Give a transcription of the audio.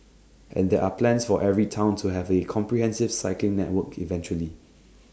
and there're plans for every Town to have A comprehensive cycling network eventually